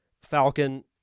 Falcon